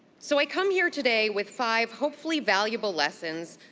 so i come here today with five hopefully valuable lessons,